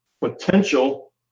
potential